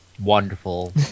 Wonderful